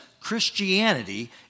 Christianity